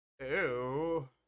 Ew